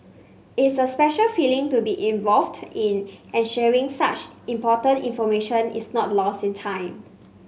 it's a special feeling to be involved in ensuring such important information is not lost in time